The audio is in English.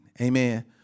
Amen